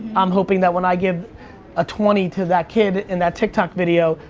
i'm hoping that when i give a twenty to that kid, in that tiktok video,